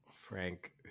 Frank